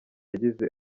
yagize